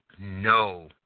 No